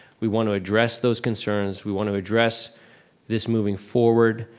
we want to address those concerns, we want to address this moving forward,